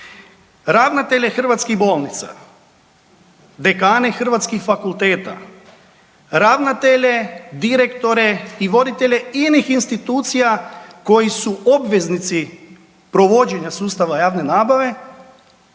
Ravnatelje hrvatskih bolnica, dekane hrvatskih fakulteta, ravnatelje, direktore i voditelje inih institucija koji su obveznici provođenja sustava javne nabave,